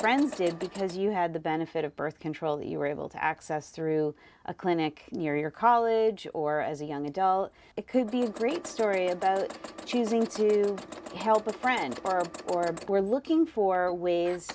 friends did because you had the benefit of birth control that you were able to access through a clinic near your college or as a young adult it could be a great story about choosing to help with friends or were looking for ways